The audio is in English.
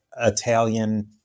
Italian